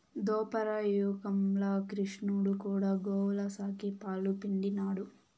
దోపర యుగంల క్రిష్ణుడు కూడా గోవుల సాకి, పాలు పిండినాడు